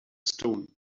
stone